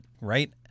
Right